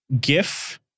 GIF